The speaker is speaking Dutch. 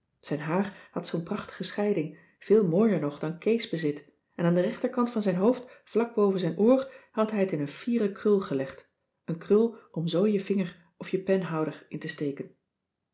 zijn haar had zoo'n prachtige scheiding veel mooier nog dan kees bezit en aan den rechterkant van zijn hoofd vlak boven zijn oor had hij het in een fiere krul gelegd een krul om zoo je vinger of je penhouder in te steken